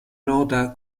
nota